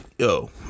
Yo